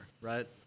Right